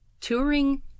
touring